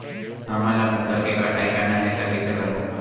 हमन ला फसल के कटाई करना हे त कइसे करबो?